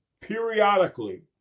periodically